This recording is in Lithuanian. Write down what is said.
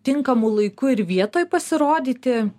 tinkamu laiku ir vietoj pasirodyti